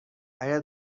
اگه